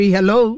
Hello